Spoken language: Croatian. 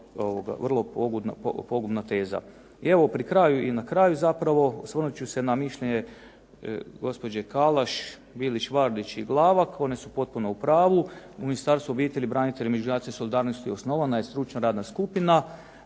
vrlo pogubna teza.